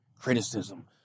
criticism